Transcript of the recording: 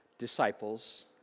disciples